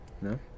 No